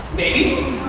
maybe.